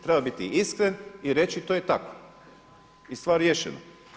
Treba biti iskren i reći to je tako i stvar riješena.